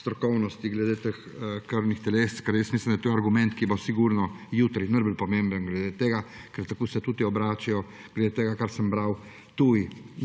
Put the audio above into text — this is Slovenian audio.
strokovnosti glede teh krvnih telesc. Mislim, da je to argument, ki bo jutri najbolj pomemben glede tega. Ker tako se tudi obračajo, glede tega, kar sem bral, tudi